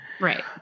Right